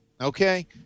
Okay